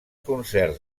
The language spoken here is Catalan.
concerts